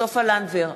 סופה לנדבר,